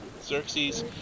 Xerxes